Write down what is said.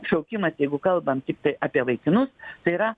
šaukimas jeigu kalbam tiktai apie vaikinus tai yra